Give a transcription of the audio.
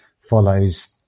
follows